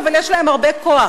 אבל יש להם הרבה כוח,